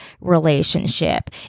relationship